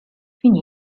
finì